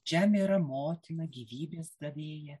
žemė yra motina gyvybės davėja